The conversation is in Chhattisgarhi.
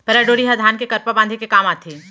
पैरा डोरी ह धान के करपा बांधे के काम आथे